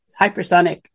hypersonic